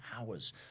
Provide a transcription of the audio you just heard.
hours